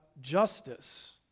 justice